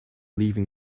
leaving